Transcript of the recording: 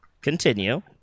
Continue